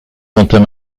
entame